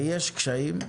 ויש קשיים,